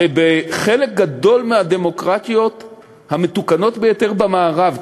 הרי בחלק גדול מהדמוקרטיות המתוקנות ביותר במערב,